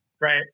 right